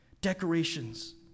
decorations